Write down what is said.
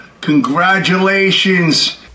congratulations